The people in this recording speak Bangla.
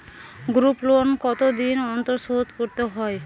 গ্রুপলোন কতদিন অন্তর শোধকরতে হয়?